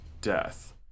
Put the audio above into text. death